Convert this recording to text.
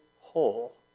whole